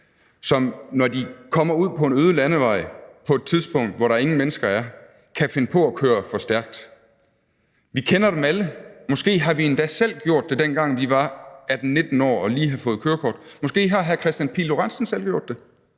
når de kommer ud på en øde landevej, på et tidspunkt hvor der ingen mennesker er. Vi kender dem alle; måske har vi endda selv gjort det, dengang vi var 18-19 år og lige havde fået kørekort. Måske har hr. Kristian Pihl Lorentzen selv gjort det,